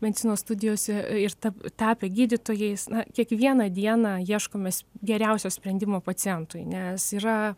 medicinos studijos ir ta tapę gydytojais na kiekvieną dieną ieškome geriausio sprendimo pacientui nes yra